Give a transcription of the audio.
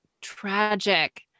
tragic